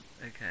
Okay